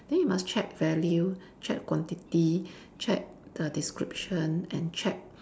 then you must check value check quantity check the description and check